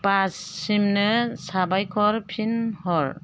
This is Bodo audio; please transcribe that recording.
बासिमनो साबायखर फिन हर